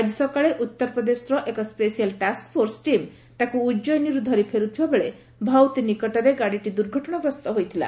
ଆଜି ସକାଳେ ଉତ୍ତର ପ୍ରଦେଶର ଏକ ସ୍ୱେଶିଆଲ୍ ଟାସ୍କଫୋର୍ସ ଟିମ୍ ତାକୁ ଉଜୟିନୀରୁ ଧରି ଫେରୁଥିବା ବେଳେ ଭାଉତି ନିକଟରେ ଗାଡ଼ିଟି ଦୁର୍ଘଟଣାଗ୍ରସ୍ତ ହୋଇଥିଲା